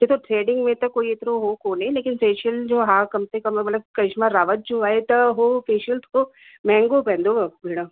ॾिसो थ्रेडिंग में त कोई एतिरो हो कोन्हे लेकिन फ़ेशियल जो हा कम से कमु मतिलब करिश्मा रावत जो आहे त हो फ़ेशियल थोरो महांगो पवंदव भेण